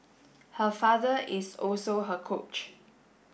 her father is also her coach